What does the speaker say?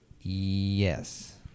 Yes